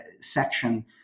section